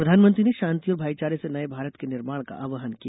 प्रधानमंत्री ने शांति और भाईचारे से नए भारत के निर्माण का आह्वहान किया